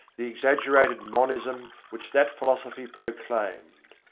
the exaggerated monism which that philosophy proclaimed.